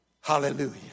Hallelujah